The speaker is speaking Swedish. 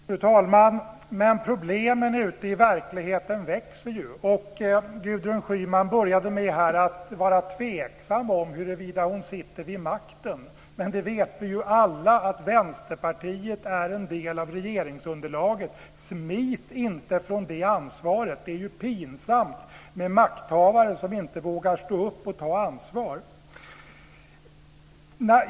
Fru talman! Men problemen ute i verksamheten växer ju. Gudrun Schyman började med att vara tveksam om huruvida hon sitter vid makten eller inte, men vi vet ju alla att Vänsterpartiet är en del av regeringsunderlaget. Smit inte från det ansvaret! Det är ju pinsamt med makthavare som inte vågar stå upp och ta ansvar.